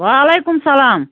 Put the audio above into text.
وعلیکُم سلام